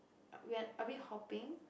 we are are we hopping